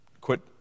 quit